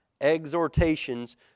Exhortations